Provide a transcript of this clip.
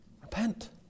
repent